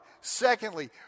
Secondly